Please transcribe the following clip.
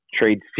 trade